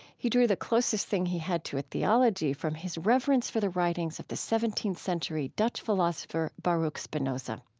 he drew the closest thing he had to a theology from his reverence for the writings of the seventeenth century dutch philosopher baruch spinoza.